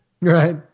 Right